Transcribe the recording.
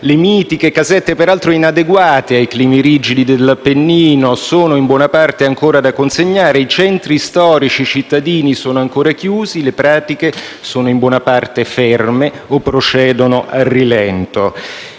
le mitiche casette, per altro inadeguate ai climi rigidi dell'Appennino, sono in buona parte ancora da consegnare; i centri storici cittadini sono ancora chiusi; le pratiche sono in buona parte ferme o procedono a rilento.